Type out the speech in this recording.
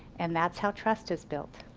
and that's how trust is built.